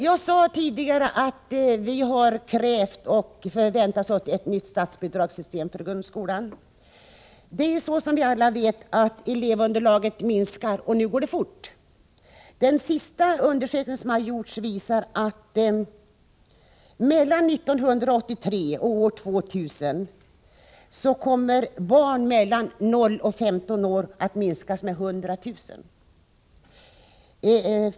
Jag sade tidigare att vi har krävt — och förväntar oss — ett nytt system för statsbidrag till grundskolan. Som vi alla vet minskar elevunderlaget — och nu går det fort. Den senaste undersökning som har gjorts visar att antalet barn mellan 0 och 15 år kommer att minska med 100 000 från 1983 till år 2000.